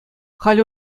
халӗ